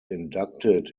inducted